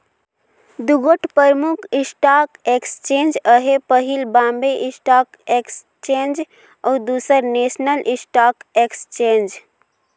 दुगोट परमुख stock exchange अहे पहिल बॉम्बे स्टाक एक्सचेंज अउ दूसर नेसनल स्टॉक एक्सचेंज